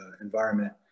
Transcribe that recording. environment